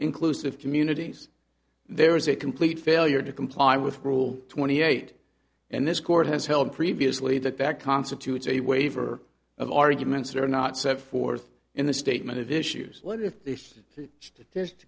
inclusive communities there is a complete failure to comply with rule twenty eight and this court has held previously that that constitutes a waiver of arguments are not set forth in the statement of issues what if th